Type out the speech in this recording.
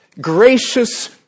gracious